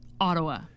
Ottawa